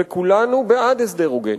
וכולנו בעד הסדר הוגן.